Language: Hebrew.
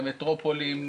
במטרופולין,